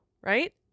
Right